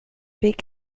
weg